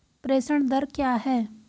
प्रेषण दर क्या है?